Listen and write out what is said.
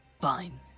Fine